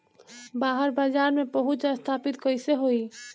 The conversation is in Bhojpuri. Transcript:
बाहर बाजार में पहुंच स्थापित कैसे होई?